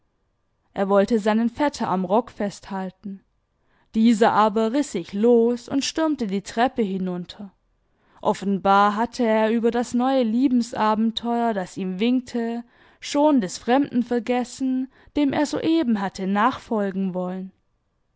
er wollte seinen vetter am rock festhalten dieser aber riß sich los und stürmte die treppe hinunter offenbar hatte er über das neue liebesabenteuer das ihm winkte schon des fremden vergessen dem er soeben hatte nachfolgen wollen